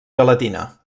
gelatina